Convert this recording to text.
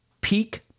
peak